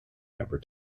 never